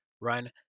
run